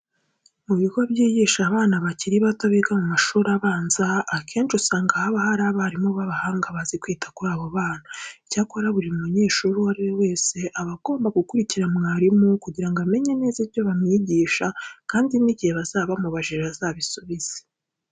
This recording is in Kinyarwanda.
Mu bigo byigisha abana bakiri bato biga mu mashuri abanza akenshi usanga haba hari abarimu b'abahanga bazi kwita kuri aba bana. Icyakora buri munyeshuri uwo ari we wese aba agomba gukurikira mwarimu kugira ngo amenye neza ibyo bamwigisha kandi n'igihe bazaba babimubajije azabisubize.